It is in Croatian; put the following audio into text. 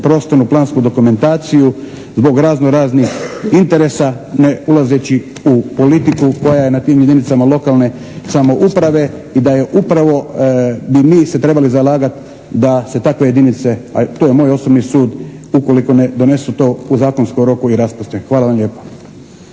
prostornu plansku dokumentaciju zbog razno raznih interesa ne ulazeći u politiku koja je na tim jedinicama lokalne samouprave i da je upravo bi mi se trebali zalagati da se takve jedinice, a to je moj osobni sud ukoliko ne donesu to u zakonskom roku i raspuste. Hvala vam lijepa.